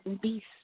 Beast